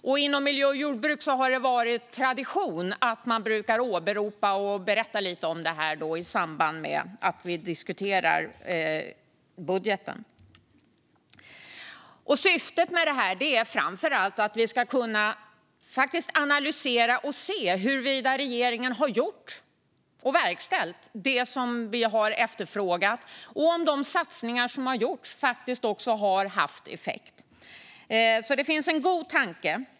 Men inom miljö och jordbruksutskottet har det varit tradition att man åberopar och berättar lite om den i samband med att vi diskuterar budgeten. Syftet med uppföljningen är framför allt att vi ska kunna analysera och se huruvida regeringen har verkställt det vi har efterfrågat och om de satsningar som har gjorts faktiskt har haft effekt. Det finns alltså en god tanke.